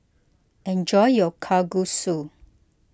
enjoy your Kalguksu